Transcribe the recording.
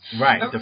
Right